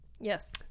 Yes